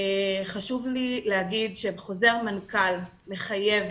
חשוב לי להגיד שחוזר מנכ"ל מחייב